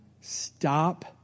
Stop